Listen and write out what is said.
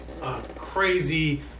crazy